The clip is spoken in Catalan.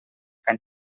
can